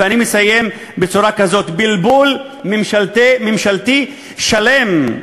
ואני מסיים בצורה כזאת: בלבול ממשלתי שלם.